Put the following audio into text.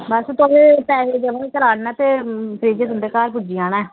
बस तुसे पैसे जमा कराने ते फ्रिज तुंदे घर पुज्जी जाना ऐ